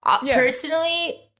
Personally